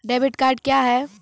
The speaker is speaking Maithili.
डेबिट कार्ड क्या हैं?